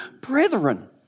brethren